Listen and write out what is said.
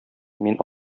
мин